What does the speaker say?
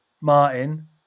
Martin